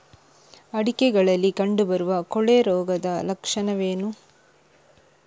ಅಡಿಕೆಗಳಲ್ಲಿ ಕಂಡುಬರುವ ಕೊಳೆ ರೋಗದ ಲಕ್ಷಣವೇನು?